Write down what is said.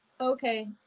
Okay